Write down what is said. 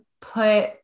put